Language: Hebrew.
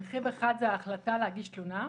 רכיב אחד זה ההחלטה להגיש תלונה,